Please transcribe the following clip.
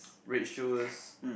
Red shoes